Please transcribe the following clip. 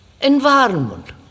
environment